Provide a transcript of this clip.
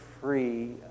free